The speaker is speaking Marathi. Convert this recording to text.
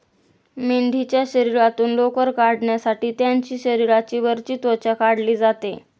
मेंढीच्या शरीरातून लोकर काढण्यासाठी त्यांची शरीराची वरची त्वचा काढली जाते